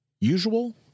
Usual